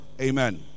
Amen